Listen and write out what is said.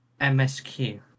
MSQ